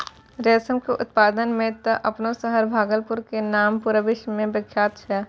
रेशम के उत्पादन मॅ त आपनो शहर भागलपुर के नाम पूरा विश्व मॅ विख्यात छै